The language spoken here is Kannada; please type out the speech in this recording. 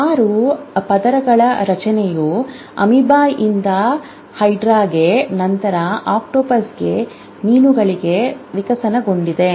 6 ಪದರಗಳ ರಚನೆಯು ಅಮೀಬಾದಿಂದ ಹೈಡ್ರಾಗೆ ನಂತರ ಆಕ್ಟೋಪಸ್ಗೆ ಮೀನುಗಳಿಗೆ ವಿಕಸನಗೊಂಡಿತು